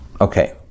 Okay